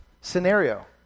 scenario